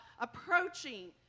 approaching